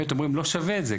שאומרים לא שווה את זה,